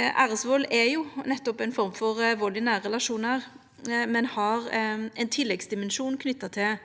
Æresvald er jo ei form for vald i nære relasjonar, men har ein tilleggsdimensjon knytt til